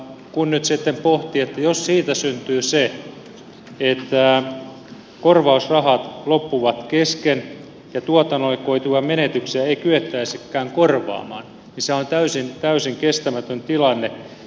kun nyt sitten pohtii että jos siitä syntyy se että korvausrahat loppuvat kesken ja tuotannolle koituvia menetyksiä ei kyettäisikään korvaamaan niin sehän on täysin kestämätön tilanne